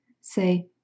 Say